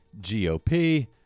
GOP